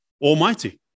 almighty